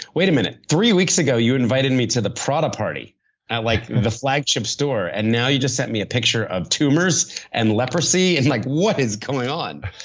wait a minute. three weeks ago you invited me to the prada party at like the flagship store. and now, you just sent me a picture of tumors and leprosy? and like what is going on?